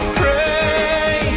pray